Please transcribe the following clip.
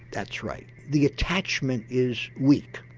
that's right. the attachment is weak,